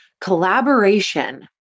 Collaboration